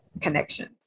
connection